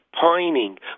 pining